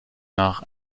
nach